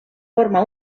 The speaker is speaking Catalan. forma